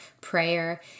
prayer